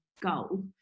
goal